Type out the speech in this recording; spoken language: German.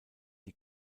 die